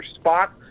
spot